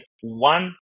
one